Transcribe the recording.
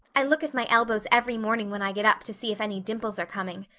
i look at my elbows every morning when i get up to see if any dimples are coming.